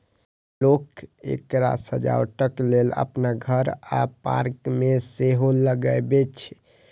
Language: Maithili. लोक एकरा सजावटक लेल अपन घर आ पार्क मे सेहो लगबै छै